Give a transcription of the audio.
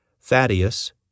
thaddeus